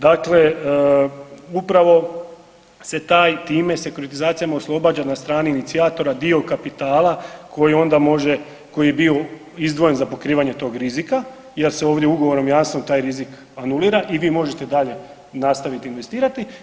Dakle, upravo se time, sekuritizacijama oslobađa na strani inicijatora dio kapitala koji onda može, koji je bio izdvojen za pokrivanje tog rizika i da se ovdje ugovorom jasno taj rizik anulira i vi možete dalje nastaviti investirati.